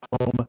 home